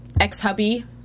ex-hubby